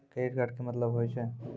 Credit card के मतलब होय छै?